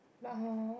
but hor